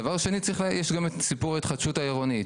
דבר שני, יש גם את סיפור ההתחדשות העירונית.